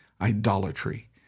idolatry